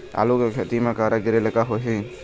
आलू के खेती म करा गिरेले का होही?